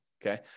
Okay